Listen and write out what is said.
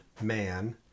man